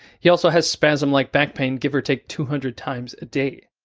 he also has spasm-like back pain give or take two hundred times a day.